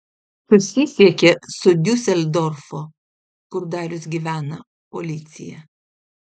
susisiekė su diuseldorfo kur darius gyvena policija